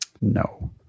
No